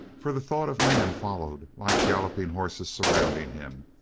for the thought of man followed like galloping horses surrounding him,